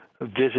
visit